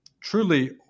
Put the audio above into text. truly